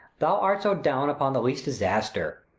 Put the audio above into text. thou art so down upon the least disaster!